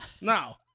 Now